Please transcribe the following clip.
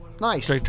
Nice